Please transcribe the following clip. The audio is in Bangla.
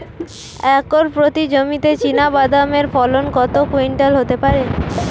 একর প্রতি জমিতে চীনাবাদাম এর ফলন কত কুইন্টাল হতে পারে?